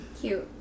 Cute